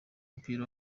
w’umupira